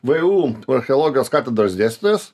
vu archeologijos katedros dėstytojas